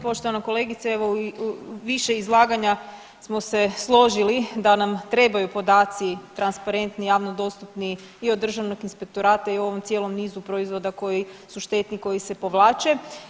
Poštovana kolegice evo u više izlaganja smo se složili da nam trebaju podaci transparentni, javno dostupni i od Državnog inspektorata i o ovom cijelom nizu proizvoda koji su štetni, koji se povlače.